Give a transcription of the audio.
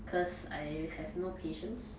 cause I have no patience